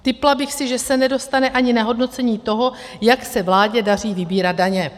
Tipla bych si, že se nedostane ani na hodnocení toho, jak se vládě daří vybírat daně.